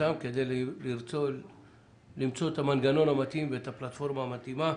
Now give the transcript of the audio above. איתם כדי למצוא את המנגנון המתאים ואת הפלטפורמה המתאימה.